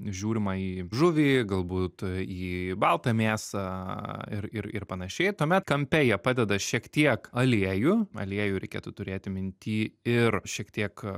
žiūrima į žuvį galbūt į baltą mėsą ir ir ir panašiai tuomet kampe jie padeda šiek tiek aliejų aliejų reikėtų turėti minty ir šiek tiek